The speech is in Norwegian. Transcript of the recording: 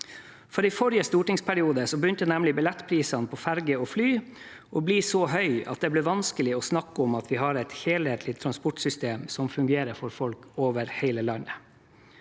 I forrige stortingsperiode begynte nemlig billettprisene på ferje og fly å bli så høye at det ble vanskelig å snakke om at vi har et helhetlig transportsystem som fungerer for folk over hele landet.